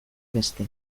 beste